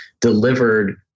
delivered